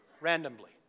randomly